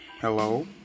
hello